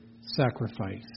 sacrifice